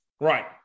Right